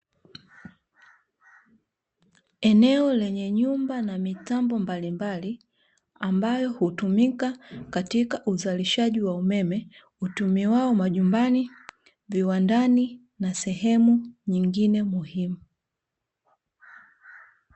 Eneo lenye nyumba na mitambo mbalimbali ambayo hutumika katika uzalishaji wa umeme utumiwawo majumbani, viwandani na sehemu nyingine muhimu.